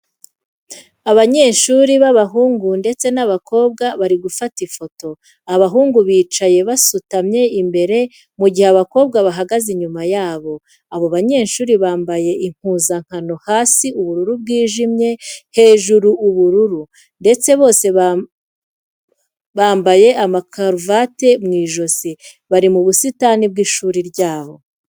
Abanyeshuri b'abahungu ndetse n'abakobwa bari gufata ifoto, abahungu bicaye basutamye imbere, mu gihe abakobwa bahagaze inyuma yabo. Abo banyeshuri bambaye impuzankano hasi ubururu bwijimye, hejuru uburu juru ndetse bose bamabaye amakaruvati mu ijosi. Bari mu busitani bw'ishuri ryabo.